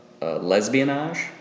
Lesbianage